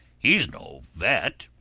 he's no vet.